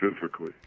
physically